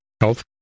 health